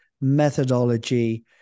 methodology